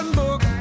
book